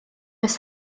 oes